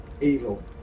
evil